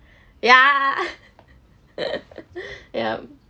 ya ya